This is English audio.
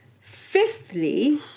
Fifthly